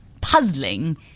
puzzling